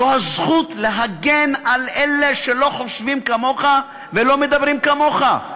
זו הזכות להגן על אלה שלא חושבים כמוך ולא מדברים כמוך.